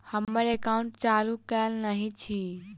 हम्मर एकाउंट चालू केल नहि अछि?